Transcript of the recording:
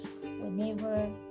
whenever